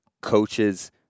Coaches